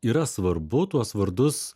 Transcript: yra svarbu tuos vardus